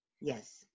Yes